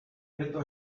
esto